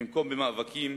במקום במאבקים